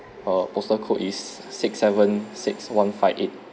err postal code is six seven six one five eight